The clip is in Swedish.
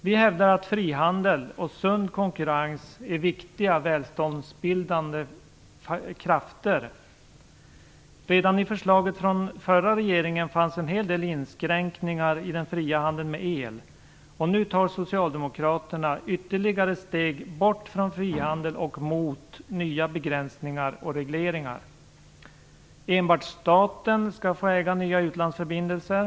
Vi hävdar att frihandel och sund konkurrens är viktiga välståndsbildande krafter. Redan i förslaget från förra regeringen fanns en hel del inskränkningar i den fria handeln med el, och nu tar Socialdemokraterna ytterligare steg bort från frihandel och mot nya begränsningar och regleringar. Enbart staten skall få äga nya utlandsförbindelser.